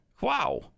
Wow